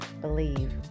believe